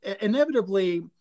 inevitably